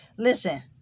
Listen